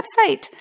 website